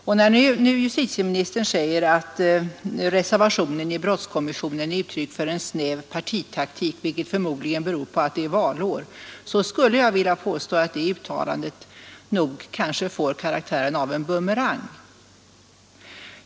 När därför justitieministern säger att reservationen i brottskommissionen är uttryck för snäv partitaktik vilket förmodligen beror på att det är valår, så vill jag påstå att det uttalandet kanske får karaktären av en bumerang.